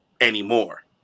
anymore